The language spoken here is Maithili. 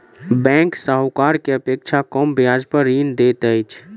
बैंक साहूकार के अपेक्षा कम ब्याज पर ऋण दैत अछि